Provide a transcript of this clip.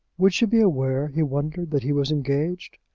would she be aware, he wondered, that he was engaged?